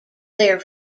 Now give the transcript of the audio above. their